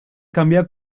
canviar